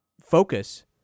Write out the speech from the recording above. focus